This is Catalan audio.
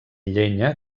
llenya